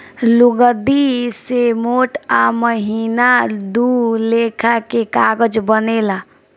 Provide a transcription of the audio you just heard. लुगदी से मोट आ महीन दू लेखा के कागज बनेला